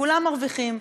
כולם מרוויחים.